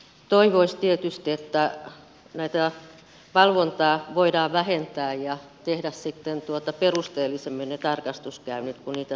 toivoisi tietysti että valvontaa voidaan vähentää ja tehdä sitten perusteellisemmin ne tarkastuskäynnit kun niitä suoritetaan